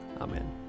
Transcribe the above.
Amen